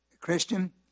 Christian